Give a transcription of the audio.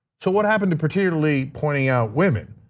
so what happened to particularly pointing out women?